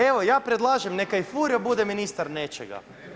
Evo ja predlažem, neka i Furio bude ministar nečega.